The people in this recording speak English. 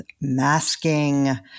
masking